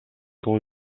dans